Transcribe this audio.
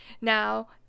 Now